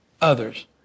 others